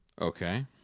Okay